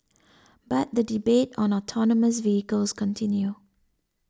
but the debate on autonomous vehicles continue